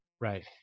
Right